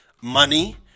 money